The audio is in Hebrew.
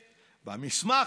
הכנסת.